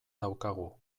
daukagu